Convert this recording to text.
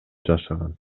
жашаган